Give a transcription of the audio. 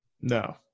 No